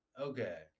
Okay